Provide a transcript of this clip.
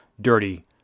dirty